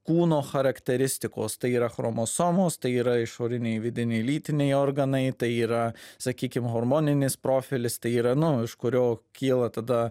kūno charakteristikos tai yra chromosomos tai yra išoriniai vidiniai lytiniai organai tai yra sakykim hormoninis profilis tai yra nu iš kurio kyla tada